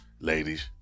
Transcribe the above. Ladies